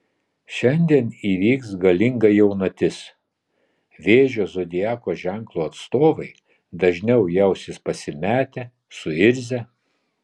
šiandien įvyks galinga jaunatis vėžio zodiako ženklo atstovai dažniau jausis pasimetę suirzę